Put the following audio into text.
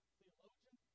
theologian